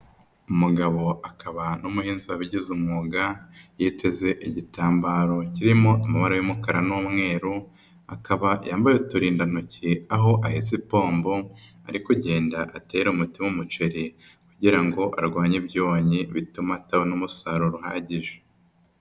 Umugabo akaba n'umuhinzi wabigize umwuga, yiteze igitambaro kirimo amabara y'umukara n'umweru, akaba yambaye uturindantoki aho ahetse ipombo ari kugenda atera umutima umuceri kugira ngo arwanye ibyonnyi bituma atabona umusaruro uhagije.